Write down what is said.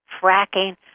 fracking